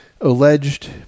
alleged